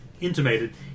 intimated